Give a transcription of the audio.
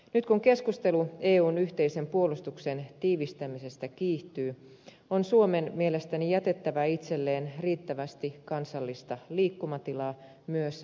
nyt kun keskustelu eun yhteisen puolustuksen tiivistämisestä kiihtyy on suomen mielestäni jätettävä itselleen riittävästi kansallista liikkumatilaa myös naton suuntaan